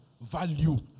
value